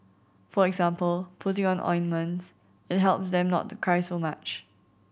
for example putting on ointments it help them not to cry so much